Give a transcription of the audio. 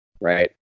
right